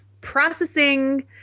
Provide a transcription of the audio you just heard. processing –